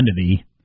identity